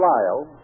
Lyle